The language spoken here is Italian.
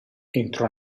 entrò